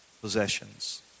Possessions